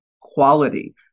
quality